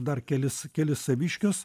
dar kelis kelis saviškius